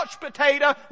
potato